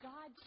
God